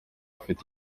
afite